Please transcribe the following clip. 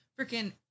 freaking